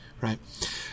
right